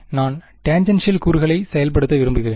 நான் டேன்ஜெண்ட்ஷியல் கூறுகளை செயல்படுத்த விரும்புகிறேன்